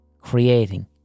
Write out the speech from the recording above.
creating